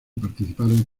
participaron